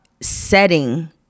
setting